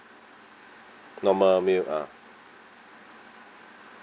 normal meal ah